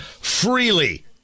freely